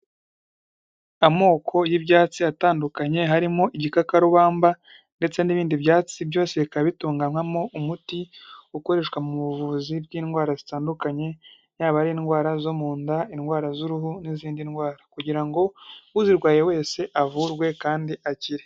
Amoko y'ibyatsi atandukanye, harimo igikakarubamba ndetse n'ibindi byatsi, byose bikaba bitunganywamo umuti ukoreshwa mu buvuzi bw'indwara zitandukanye, yaba ari indwara zo mu nda, indwara z'uruhu, n'izindi ndwara; kugira ngo uzirwaye wese avurwe kandi akire.